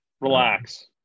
relax